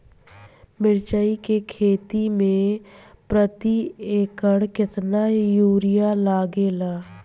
मिरचाई के खेती मे प्रति एकड़ केतना यूरिया लागे ला?